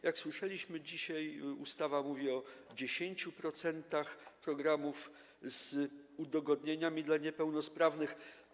Jak słyszeliśmy dzisiaj, ustawa mówi o 10% programów z udogodnieniami dla niepełnosprawnych.